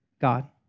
God